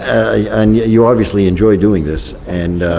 and you obviously enjoy doing this and